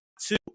two